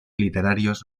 literarios